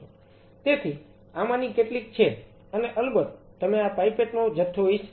તેથી આમાંના કેટલાક છે અને અલબત્ત તમે આ પાઇપેટ નો જથ્થો ઇચ્છતા હતા